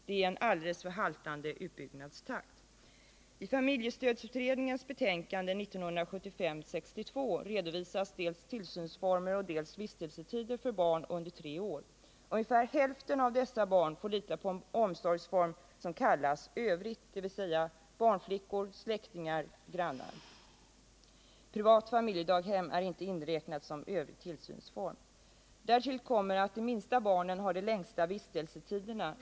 Det är en alldeles för haltande utbyggnadstakt. form, dels vistelsetider för barn under tre år. Ungefär hälften av dessa barn får Nr 37 lita till en omsorgsform som kallas övrigt — dvs. barnflickor, släktingar och Tisdagen den grannar. Privat familjedaghem har inte räknats som övrig tillsynsform. 21 november 1978 Därtill kommer att de minsta barnen har de längsta vistelsetiderna.